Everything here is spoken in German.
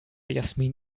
jasmin